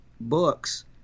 books